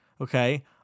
Okay